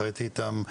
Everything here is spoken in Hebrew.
אני חייתי איתם,